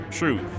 Truth